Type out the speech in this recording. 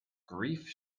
grief